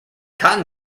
cotton